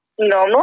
normal